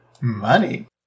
money